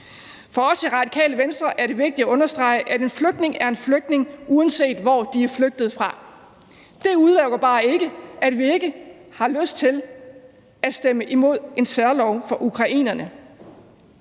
For os i Radikale Venstre er det vigtigt at understrege, at en flygtning er en flygtning, uanset hvor man er flygtet fra. Det udelukker bare ikke, at vi ikke har lyst til at stemme imod en særlov for ukrainerne.